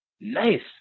Nice